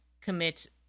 commit